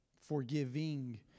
forgiving